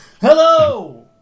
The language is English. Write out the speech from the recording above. hello